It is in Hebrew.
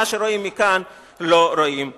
מה שרואים מכאן לא רואים משם.